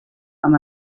amb